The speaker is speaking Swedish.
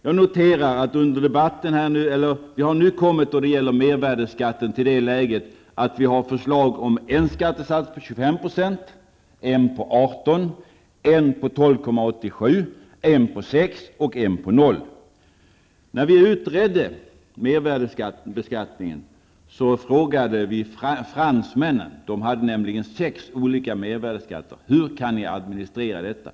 Jag noterar att när det gäller mervärdeskatten har vi kommit till det läget att vi har ett förslag på en skattesats på 25 %, en på 18 %, en på 12,87 %, en på 6 % och en på 0 %. När mervärdeskatten utreddes blev fransmännen tillfrågade -- de har nämligen sex olika mervärdeskattesatser -- hur de kan administrera något sådant.